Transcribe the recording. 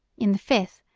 in the fifth,